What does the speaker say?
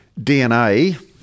DNA